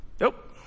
Nope